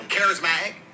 Charismatic